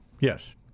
Yes